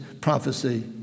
prophecy